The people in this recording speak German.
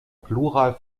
plural